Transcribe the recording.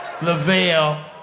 Lavelle